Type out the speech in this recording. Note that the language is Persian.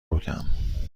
بودم